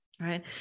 right